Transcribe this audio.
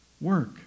work